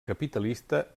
capitalista